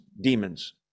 demons